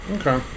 Okay